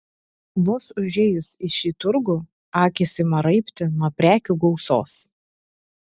vos užėjus į šį turgų akys ima raibti nuo prekių gausos